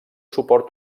suport